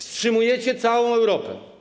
Wstrzymujecie całą Europę.